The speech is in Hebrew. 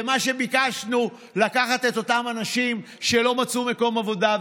ומה שביקשנו: לקחת את אותם אנשים שלא מצאו מקום עבודה,